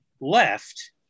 left